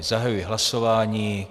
Zahajuji hlasování.